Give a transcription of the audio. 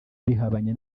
bihabanye